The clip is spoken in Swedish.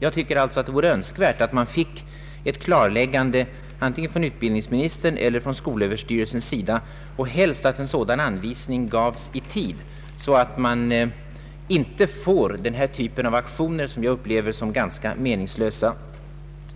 Jag tycker alltså att det vore önskvärt att man fick ett klarläggande antingen från utbildningsministern eller från skolöverstyrelsen. Helst borde en sådan anvisning ges i tid så att vi slipper denna typ av aktioner, som jag upplever såsom ganska meningslösa.